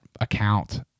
account